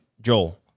Joel